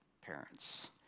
parents